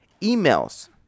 Emails